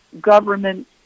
government